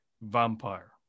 vampire